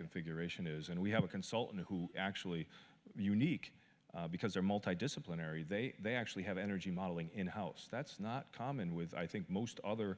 configuration is and we have a consultant who actually unique because they're multi disciplinary they actually have energy modeling in house that's not common with i think most other